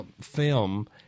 film